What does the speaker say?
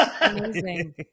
Amazing